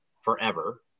forever